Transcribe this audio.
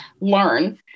learn